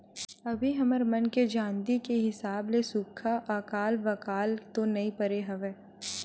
अभी हमर मन के जानती के हिसाब ले सुक्खा अकाल वकाल तो नइ परे हवय